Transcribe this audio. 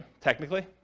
technically